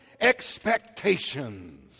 expectations